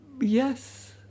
Yes